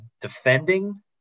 defending